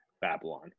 Babylon